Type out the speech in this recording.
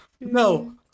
no